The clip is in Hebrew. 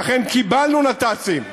ואכן קיבלנו נת"צים.